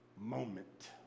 moment